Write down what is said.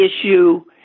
issue